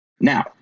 Now